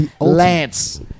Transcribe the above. Lance